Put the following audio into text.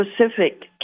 specific